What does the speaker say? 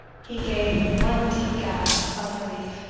he gave one deep gasp of relief,